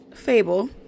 fable